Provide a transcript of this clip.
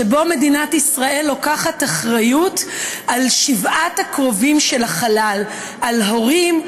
שבו מדינת ישראל לוקחת אחריות על שבעת הקרובים של החלל: על הורים,